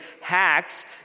hacks